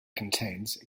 contains